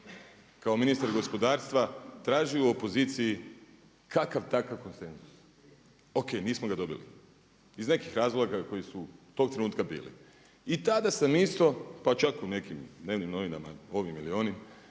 kao ministar gospodarstva tražio u opoziciji kakav takav konsenzus. Ok, nismo ga dobili iz nekih razloga koji su tog trenutka bili. I tada sam isto pa čak u nekim dnevnim novima ovim ili onim